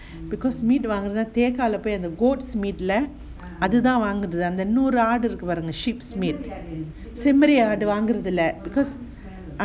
because meat வந்து:vanthu போய்:poi goat's meat அதுதான் வாங்குறது அந்த இன்னொரு ஆடு:athuthaan vaangurathu antha innoru aadu sheep's meat செம்மறி ஆடு வாங்குறது இல்ல:semmari aadu vaangurathu illa because ah அதுமட்டு இல்ல:athu mattu illa then very err கொழுப்புள்ள:kolupulla fatty